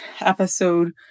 episode